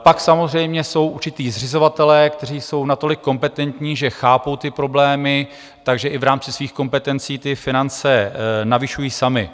Pak samozřejmě jsou určití zřizovatelé, kteří jsou natolik kompetentní, že chápou ty problémy, takže i v rámci svých kompetencí ty finance navyšují sami.